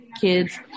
kids